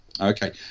Okay